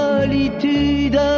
solitude